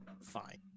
fine